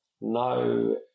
no